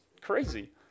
crazy